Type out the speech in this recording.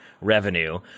revenue